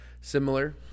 similar